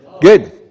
Good